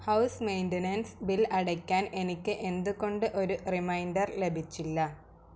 house maintenance bill അടയ്ക്കാൻ എനിക്ക് എന്തുകൊണ്ട് ഒരു റിമൈൻഡർ ലഭിച്ചില്ല